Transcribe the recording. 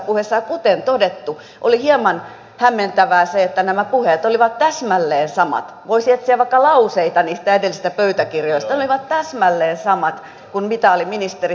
ja kuten todettu oli hieman hämmentävää se että nämä puheet olivat täsmälleen samat voisi etsiä vaikka lauseita niistä edellisistä pöytäkirjoista kuin mitä oli ministeri stubbilla